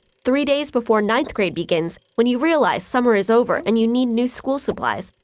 three days before ninth grade begins, when you realize summer is over and you need new school supplies,